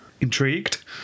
Intrigued